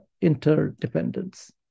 interdependence